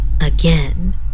Again